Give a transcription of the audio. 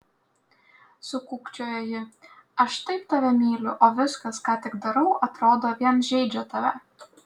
sukūkčiojo ji aš taip tave myliu o viskas ką tik darau atrodo vien žeidžia tave